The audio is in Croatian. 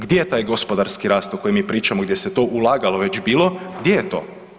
Gdje je taj gospodarski rast o kojem mi pričamo i gdje se to ulagalo već bilo, gdje je to?